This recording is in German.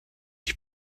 ich